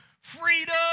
freedom